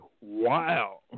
wow